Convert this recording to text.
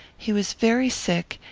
he was very sick,